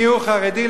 מיהו חרדי,